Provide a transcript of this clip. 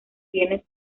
bienes